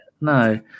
No